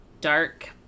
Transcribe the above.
dark